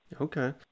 okay